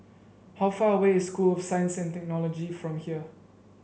how far away is School of Science and Technology from here